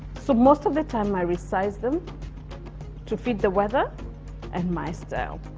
so most of the time i resize them to fit the weather and my style.